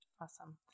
Awesome